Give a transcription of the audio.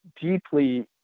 deeply